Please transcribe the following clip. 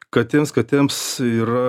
katėms katėms yra